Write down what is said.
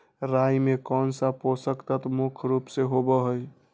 राई में कौन सा पौषक तत्व मुख्य रुप से होबा हई?